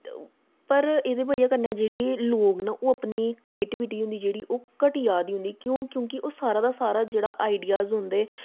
पर एह्दी बजह् कन्नै जेह्ड़े लोग न ओह् अपनी क्रियेटिबिटी होंदी जेह्ड़ी ओह् घटी जा'रदी उं'दी क्यों क्योंकि सारा दा सारा जेह्ड़ा आईडिआस होंदा